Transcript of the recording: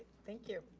thank you.